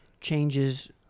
changes